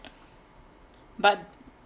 but